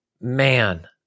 Man